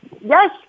Yes